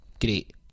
great